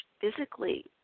physically